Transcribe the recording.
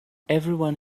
everyone